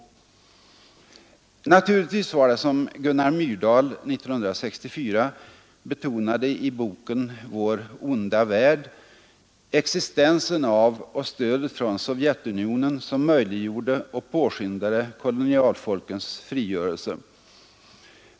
Naturligtvis var det, som Gunnar Myrdal 1964 betonade i boken Vår onda värld, existensen av och stödet från Sovjetunionen som möjliggjorde och påskyndade kolonialfolkens frigörelse.